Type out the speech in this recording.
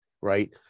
right